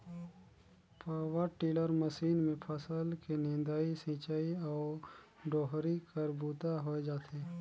power tiller machine मे फसल के निंदई, सिंचई अउ डोहरी कर बूता होए जाथे